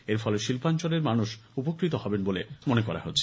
এরফলে শিল্পাঞ্চলের মানুষ উপকৃত হবেন বলে মনে করা হচ্ছে